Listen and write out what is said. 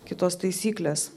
kitos taisyklės